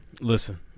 Listen